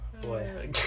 boy